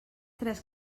tres